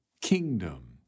kingdom